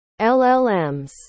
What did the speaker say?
LLMs